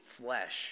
flesh